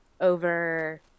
over